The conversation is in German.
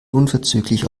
unverzüglich